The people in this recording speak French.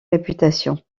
réputation